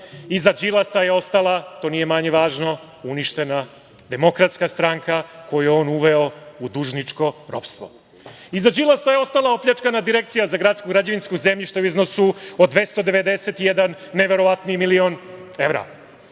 Iza Đilasa je ostala, to nije manje važno, uništena Demokratska stranka, koju je on uveo u dužničko ropstvo. Iza Đilasa je ostala opljačkana Direkcija za gradsko građevinsko zemljište u iznosu od 291 neverovatni milion evra.